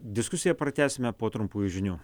diskusiją pratęsime po trumpųjų žinių